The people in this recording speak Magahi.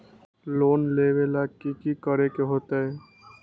लोन लेबे ला की कि करे के होतई?